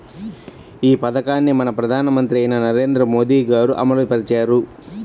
ఈ పథకాన్ని మన ప్రధానమంత్రి అయిన నరేంద్ర మోదీ గారు అమలు పరిచారు